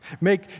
Make